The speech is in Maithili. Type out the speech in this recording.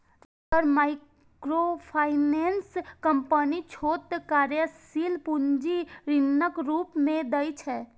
जादेतर माइक्रोफाइनेंस कंपनी छोट कार्यशील पूंजी ऋणक रूप मे दै छै